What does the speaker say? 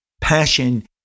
passion